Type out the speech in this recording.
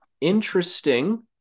interesting